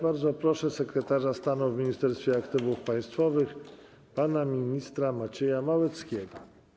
Bardzo proszę sekretarza stanu w Ministerstwie Aktywów Państwowych pana ministra Macieja Małeckiego.